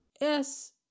Yes